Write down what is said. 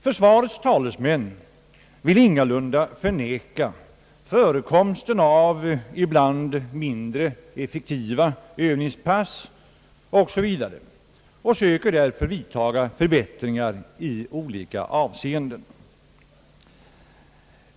Försvarets talesman vill ingalunda förneka förekomsten av ibland mindre effektiva övningspass o. s. v. och söker därför vidtaga förbättringar i olika avseenden.